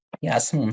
Yes